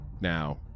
now